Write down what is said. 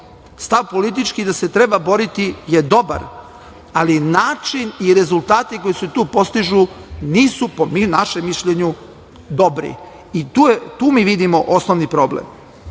Stav politički da se treba boriti je dobar. Ali, način i rezultati koji se tu postižu nisu dobri, po našem mišljenju. Tu mi vidimo osnovni problem. Na